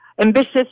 ambitious